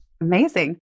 Amazing